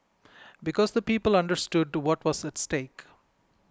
because the people understood what was at stake